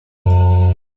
mozambique